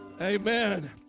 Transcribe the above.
Amen